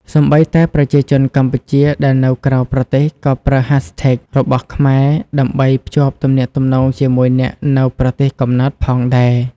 សូម្បីតែប្រជាជនកម្ពុជាដែលនៅក្រៅប្រទេសក៏ប្រើ hashtags របស់ខ្មែរដើម្បីភ្ជាប់ទំនាក់ទំនងជាមួយអ្នកនៅប្រទេសកំណើតផងដែរ។